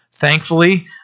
Thankfully